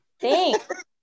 Thanks